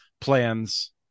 plans